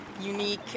unique